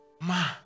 Ma